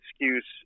excuse